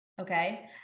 Okay